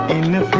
a new